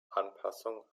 anpassung